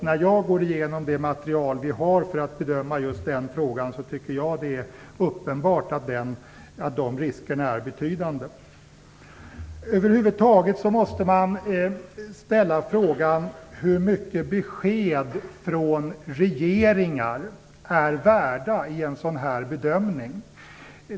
När jag går igenom det material vi har för att bedöma just den frågan tycker jag att det är uppenbart att de riskerna är betydande. Över huvud taget måste man ställa frågan, hur mycket besked från regeringar är värda vid en sådan här bedömning.